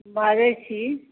बाजै छी